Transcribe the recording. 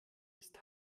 ist